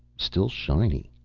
still shiny.